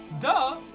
Duh